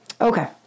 Okay